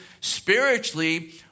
spiritually